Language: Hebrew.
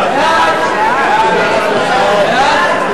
בעד, רבותי.